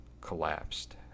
collapsed